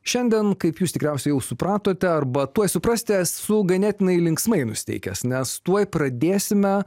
šiandien kaip jūs tikriausiai jau supratote arba tuoj suprasite esu ganėtinai linksmai nusiteikęs nes tuoj pradėsime